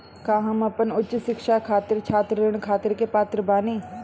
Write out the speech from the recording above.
का हम अपन उच्च शिक्षा खातिर छात्र ऋण खातिर के पात्र बानी?